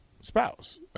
spouse